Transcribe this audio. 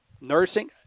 nursing